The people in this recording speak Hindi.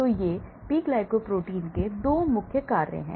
तो ये पी ग्लाइकोप्रोटीन के 2 मुख्य कार्य हैं